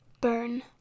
burn